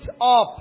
up